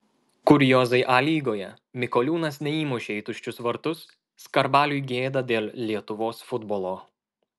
kuriozai a lygoje mikoliūnas neįmušė į tuščius vartus skarbaliui gėda dėl lietuvos futbolo